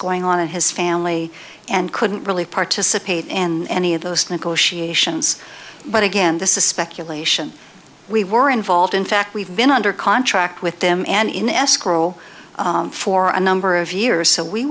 going on in his family and couldn't really participate and any of those negotiations but again this is speculation we were involved in fact we've been under contract with them and in escrow for a number of years so we